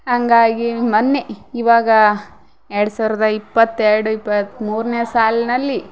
ಹಾಗಾಗಿ ಮೊನ್ನೆ ಇವಾಗ ಎರಡು ಸಾವಿರದ ಇಪ್ಪತ್ತೆರಡು ಇಪ್ಪತ್ತು ಮೂರನೇ ಸಾಲಿನಲ್ಲಿ